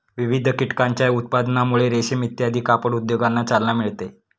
विविध कीटकांच्या उत्पादनामुळे रेशीम इत्यादी कापड उद्योगांना चालना मिळते